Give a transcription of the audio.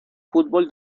fútbol